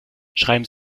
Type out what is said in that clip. schreiben